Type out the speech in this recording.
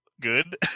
good